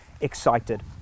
excited